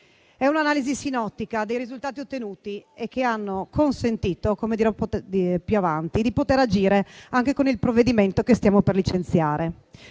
è un'analisi sinottica dei risultati ottenuti che hanno consentito più avanti di poter agire anche con il provvedimento che stiamo per licenziare.